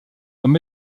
comme